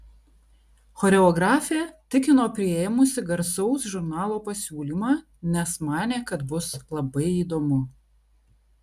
choreografė tikino priėmusi garsaus žurnalo pasiūlymą nes manė kad bus labai įdomu